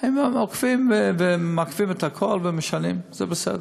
ואם הם אוכפים ומחליפים את הכול ומשנים, זה בסדר.